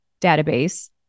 database